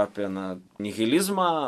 apie na nihilizmą